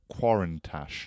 quarantash